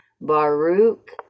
Baruch